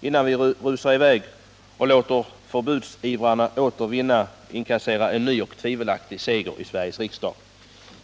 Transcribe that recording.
vid i stället för att rusa i väg och låta förbudsivrarna inkassera en ny och tvivelaktig seger i Sveriges riksdag.